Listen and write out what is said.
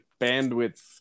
bandwidth